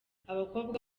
abakobwa